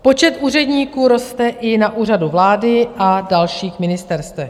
Počet úředníků roste i na Úřadu vlády a dalších ministerstvech.